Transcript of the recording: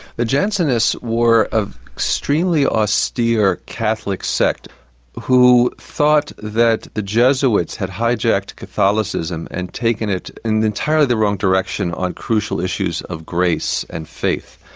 the jansenists were an extremely austere catholic sect who thought that the jesuits had hijacked catholicism and taken it in entirely the wrong direction on crucial issues of grace and faith.